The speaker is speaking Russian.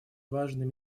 важный